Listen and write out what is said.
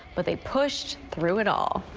but they pushed through it all.